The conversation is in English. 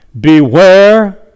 Beware